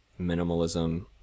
minimalism